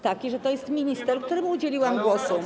Taki, że to jest minister, któremu udzieliłam głosu.